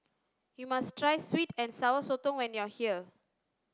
you must try sweet and sour sotong when you are here